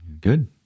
Good